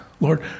Lord